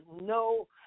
no